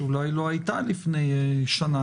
שאולי לא הייתה לפני שנה,